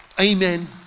amen